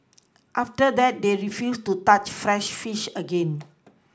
after that they refused to touch fresh fish again